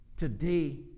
today